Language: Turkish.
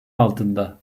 altında